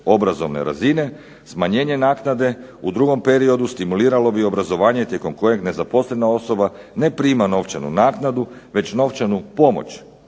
obrazovne razine, smanjenje naknade u drugom periodu stimuliralo bi obrazovanje tijekom kojeg nezaposlena osoba ne prima novčanu naknadu već novčanu pomoć